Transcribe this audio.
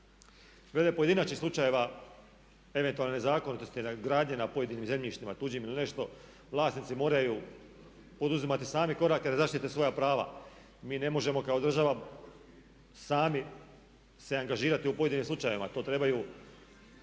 Glede pojedinačnih slučajeva eventualnih nezakonitosti gradnje na pojedinim zemljištima tuđim ili nešto vlasnici moraju poduzimati sami korake da zaštite svoja prava. Mi ne možemo kao država sami se angažirati u pojedinim slučajevima, to trebaju te